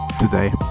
today